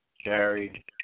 Jerry